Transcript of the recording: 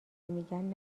میگن